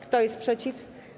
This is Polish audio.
Kto jest przeciw?